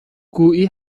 گویی